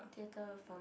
theatre from a